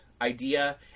idea